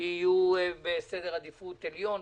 יהיו בסדר עדיפות עליון.